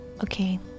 Okay